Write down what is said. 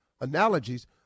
analogies